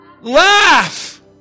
Laugh